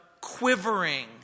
quivering